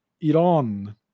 Iran